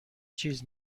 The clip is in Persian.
چیز